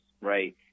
right